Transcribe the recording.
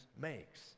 makes